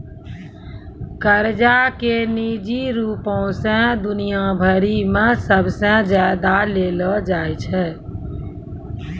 कर्जा के निजी रूपो से दुनिया भरि मे सबसे ज्यादा लेलो जाय छै